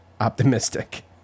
optimistic